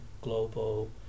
global